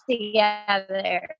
together